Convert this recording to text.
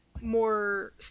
more